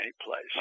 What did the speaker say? anyplace